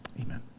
Amen